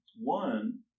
One